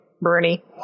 Bernie